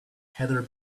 heather